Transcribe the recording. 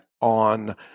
on